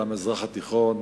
על המזרח התיכון,